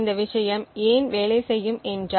இந்த விஷயம் ஏன் வேலை செய்யும் என்றால்